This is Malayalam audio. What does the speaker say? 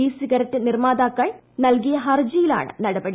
ഇ സിഗരറ്റ് നിർമ്മാതാക്കൾ നൽകിയ ഹർജിയിലാണ് നടപടി